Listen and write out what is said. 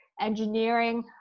engineering